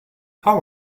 how